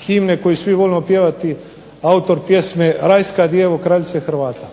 himne koju svi volimo pjevati, autor pjesme "Rajska djevo kraljice Hrvata".